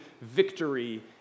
victory